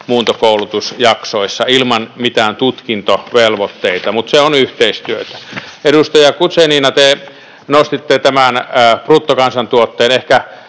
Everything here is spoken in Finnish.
muuntokoulutusjaksoissa ilman mitään tutkintovelvoitteita. Mutta se on yhteistyötä. Edustaja Guzenina, te nostitte tämän bruttokansantuotteen.